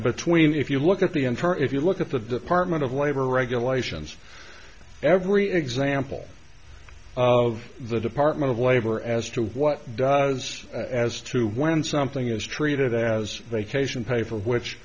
between if you look at the entire if you look at the apartment of labor regulations every example of the department of labor as to what does as to when something is treated as vacation pay for which